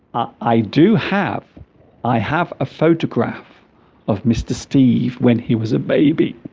i do have i have a photograph of mr. steve when he was a baby